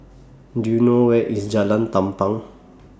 Do YOU know Where IS Jalan Tampang